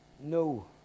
no